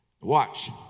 Watch